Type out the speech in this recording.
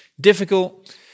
difficult